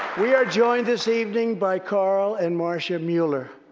we are joined this evening by carl and marsha mueller.